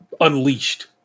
unleashed